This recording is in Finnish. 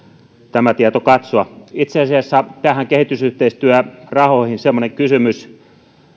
katsoa itse asiassa kehitysyhteistyörahoista semmoinen kysymys